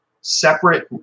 separate